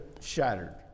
shattered